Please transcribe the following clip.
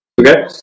okay